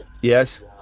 Yes